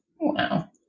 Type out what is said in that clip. Wow